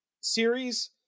series